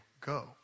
go